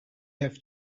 have